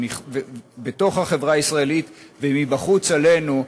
בתוך החברה הישראלית ומבחוץ אלינו,